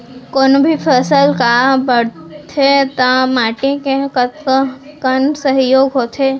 कोनो भी फसल हा बड़थे ता माटी के कतका कन सहयोग होथे?